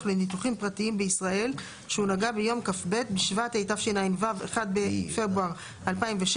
לניתוחים פרטיים בישראל שנוהגה ביום כ"ב בשבט התשע"ו (1 בפברואר 2016)